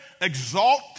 Exalt